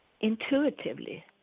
intuitively